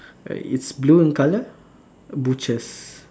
it's blue in colour butchers